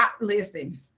listen